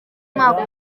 umwaka